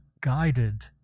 guided